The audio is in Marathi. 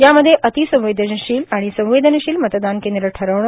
यामध्ये अतिसंवेदनशील आणि संवेदनशील मतदान केंद्र ठरवणे